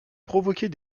provoquer